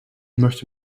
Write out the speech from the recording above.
möchte